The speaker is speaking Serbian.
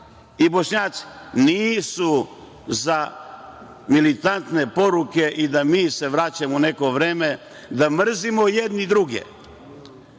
i Bošnjaci nisu za militantne poruke i da se mi vraćamo u neko vreme, da mrzimo jedni druge. Novi